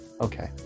okay